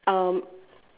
um